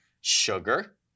Sugar